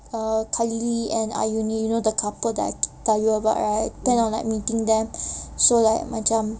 err kailey and ayumi the couple that I tell you about right then I am meeting them so like macam